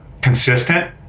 consistent